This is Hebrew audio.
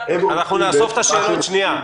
נאסוף את השאלות ותענו עליהן ביחד.